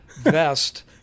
vest